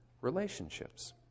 relationships